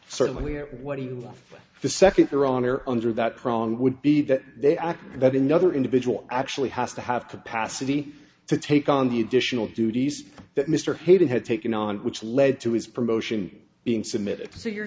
or under that prong would be that they act that in other individuals actually has to have capacity to take on the additional duties that mr hayden had taken on which led to his promotion being submitted so you're